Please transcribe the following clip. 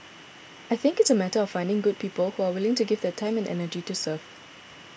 I think it's a matter of finding good people who are willing to give their time and energy to serve